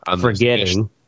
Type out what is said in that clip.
forgetting